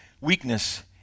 Weakness